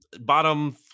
Bottom